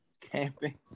Camping